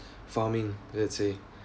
farming let's say